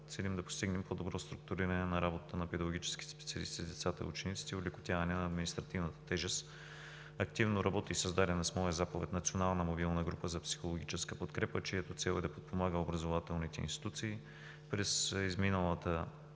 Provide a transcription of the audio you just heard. целим да постигнем по-добро структуриране на работата на педагогическите специалисти с децата и учениците и олекотяване на административната тежест; активно работи и създадената с моя заповед национална мобилна група за психологическа подкрепа, чиято цел е да подпомага образователните институции. През изминалата